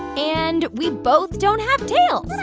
and we both don't have tails.